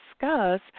discuss